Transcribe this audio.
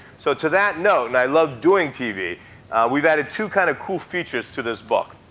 so to that note and i love doing tv we've added two kind of cool features to this book.